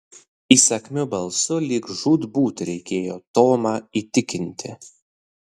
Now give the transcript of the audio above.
įsakmiu balsu lyg žūtbūt reikėjo tomą įtikinti